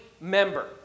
member